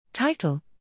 Title